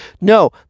No